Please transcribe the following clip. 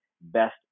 best